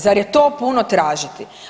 Zar je to puno tražiti?